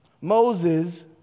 Moses